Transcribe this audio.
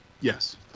Yes